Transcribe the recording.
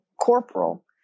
corporal